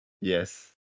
Yes